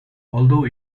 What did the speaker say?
although